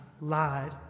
lied